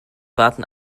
warten